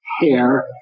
hair